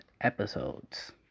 episodes